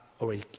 already